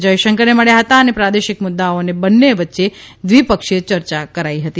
જયશંકરને મળ્યા હતા અને પ્રાદેશિક મુદ્દાઓએ બન્ને વચ્ચે દ્વિપક્ષીય યર્યા થઇ હતી